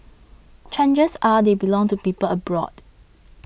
chances are they belong to people abroad